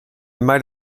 might